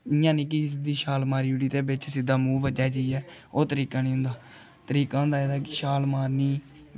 इ'यां निं कि बिच सिद्धी छाल मारी ओड़ी ते बिच सिद्धा मूंह् बज्जे जाइयै ओह् तरीका निं होंदा तरीका होंदा एह्दा कि छाल मारनी